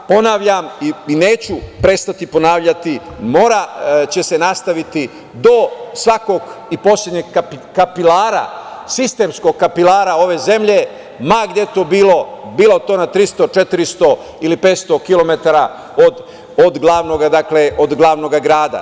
Ponavljam, i neću prestati ponavljati, mora će se nastaviti do svakog i poslednjeg kapilara, sistemskog kapilara ove zemlje, ma gde to bilo, bilo to na 300, 400 ili 500 kilometara od glavnog grada.